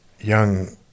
young